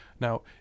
Now